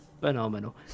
phenomenal